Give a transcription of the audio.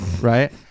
right